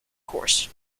course